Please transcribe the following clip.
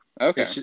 Okay